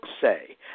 say